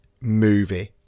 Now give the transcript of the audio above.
movie